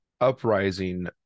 uprising